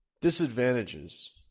Disadvantages